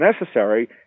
necessary